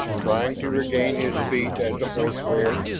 trying to regain his feet as the horse reared,